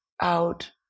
out